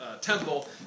temple